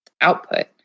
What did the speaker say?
output